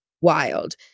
wild